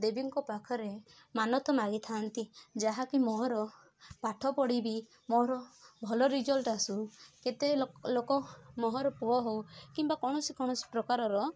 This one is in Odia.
ଦେବୀଙ୍କ ପାଖରେ ମାନତ୍ ମାଗିଥାନ୍ତି ଯାହାକି ମୋର ପାଠ ପଢ଼ିବି ମୋର ଭଲ ରେଜଲ୍ଟ ଆସୁ କେତେ ଲୋକ ମୋର ପୁଅ ହେଉ କିମ୍ବା କୌଣସି କୌଣସି ପ୍ରକାରର